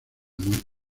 muerte